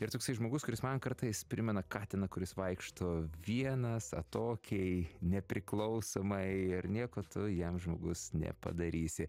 ir toksai žmogus kuris man kartais primena katiną kuris vaikšto vienas atokiai nepriklausomai ir nieko tu jam žmogus nepadarysi